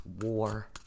War